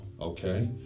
okay